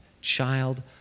child